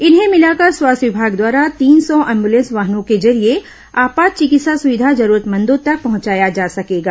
इन्हें भिलाकर स्वास्थ्य विभाग द्वारा तीन सौ एम्बुलेंस वाहनों के जरिए आपात चिकित्सा सुविधा जरूरतमंदों तक पहंचाया जा सकेगा